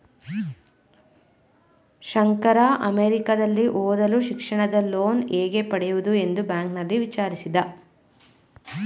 ಶಂಕರ ಅಮೆರಿಕದಲ್ಲಿ ಓದಲು ಶಿಕ್ಷಣದ ಲೋನ್ ಹೇಗೆ ಪಡೆಯುವುದು ಎಂದು ಬ್ಯಾಂಕ್ನಲ್ಲಿ ವಿಚಾರಿಸಿದ